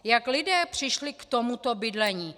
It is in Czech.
Jak lidé přišli k tomuto bydlení?